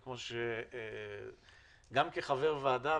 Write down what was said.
גם כחבר ועדה,